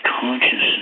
consciousness